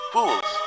Fools